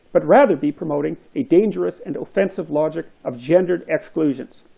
but rather be promoting a dangerous and offensive logic of gendered exclusions.